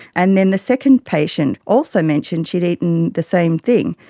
and then the second patient also mentioned she had eaten the same thing.